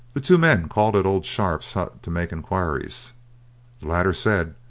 the two men called at old sharp's hut to make enquiries. the latter said,